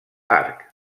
arc